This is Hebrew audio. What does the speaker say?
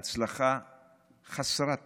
ההצלחה חסרת תקדים.